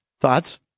Thoughts